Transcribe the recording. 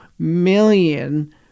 million